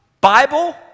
Bible